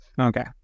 Okay